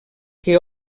que